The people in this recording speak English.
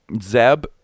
Zeb